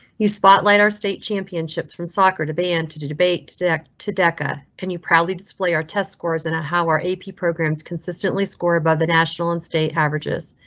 you spotlight our state championships from soccer to ban, to to debate, to deca to deca and you. proudly display our test scores in a how are ap programs consistently score above the national and state averages.